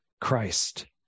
Christ